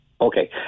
Okay